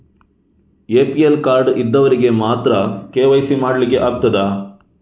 APL card ಇದ್ದವರಿಗೆ ಮಾತ್ರ KYC ಮಾಡಲಿಕ್ಕೆ ಆಗುತ್ತದಾ?